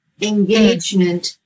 engagement